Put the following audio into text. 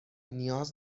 نیاز